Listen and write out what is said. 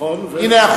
הנה,